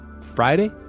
Friday